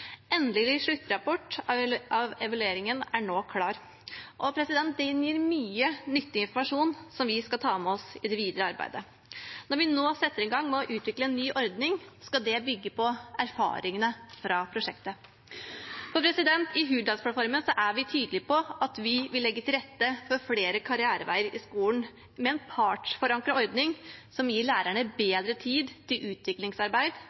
Endelig sluttrapport av evalueringen er nå klar, og den gir mye nyttig informasjon vi skal ta med oss i det videre arbeidet. Når vi nå setter i gang med å utvikle en ny ordning, skal det bygge på erfaringene fra prosjektet. I Hurdalsplattformen er vi tydelige på at vi vil legge til rette for flere karriereveier i skolen, med en partsforankret ordning som gir lærerne bedre tid til utviklingsarbeid